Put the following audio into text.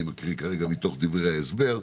אני מקריא מדברי ההסבר,